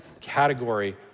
category